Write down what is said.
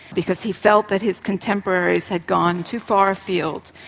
because he felt that his contemporaries had gone too far afield,